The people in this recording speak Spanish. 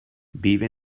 vive